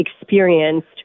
experienced